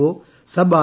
O sub R